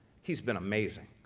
he's been amazing,